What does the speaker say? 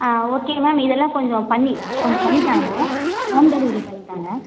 ஆ okay ma'am இதெல்லாம் கொஞ்சம் பண்ணி கொஞ்சம் பண்ணித்தாங்க ஹோம் டெலிவரி பண்ணித்தாங்க